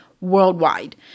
Worldwide